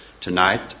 tonight